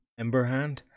Emberhand